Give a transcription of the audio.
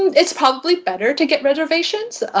it's probably better to get reservations.